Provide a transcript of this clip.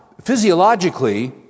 physiologically